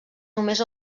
només